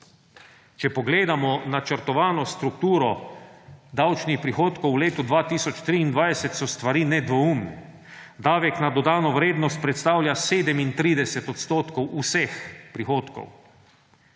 Če pogledamo načrtovano strukturo davčnih prihodkov v letu 2023, so stvari nedvoumne. Davek na dodano vrednost predstavlja 37 odstotkov vseh prihodkov.